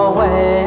Away